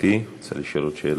גברתי, את רוצה לשאול עוד שאלה?